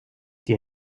die